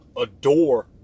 adore